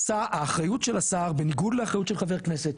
האחריות של השר בניגוד לאחריות של חבר כנסת,